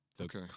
Okay